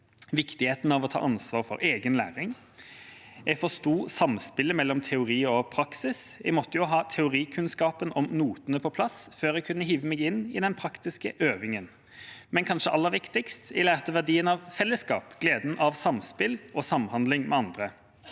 viktigheten av å ta ansvar for egen læring. Jeg forsto samspillet mellom teori og praksis. Jeg måtte jo ha teorikunnskapen om notene på plass før jeg kunne hive meg inn i den praktiske øvingen. Kanskje aller viktigst: Jeg lærte verdien av fellesskap, gleden av samspill og samhandling med andre.